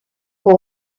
pour